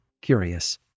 curious